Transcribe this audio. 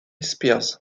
spears